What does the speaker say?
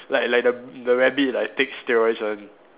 like like the the rabbit like take steroids one